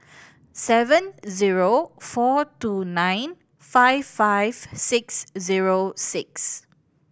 seven zero four two nine five five six zero six